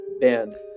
band